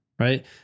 right